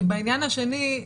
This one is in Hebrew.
בעניין השני,